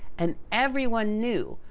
and, everyone knew,